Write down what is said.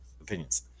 opinions